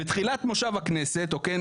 בתחילת מושב הכנסת, אוקיי?